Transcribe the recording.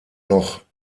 noch